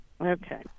okay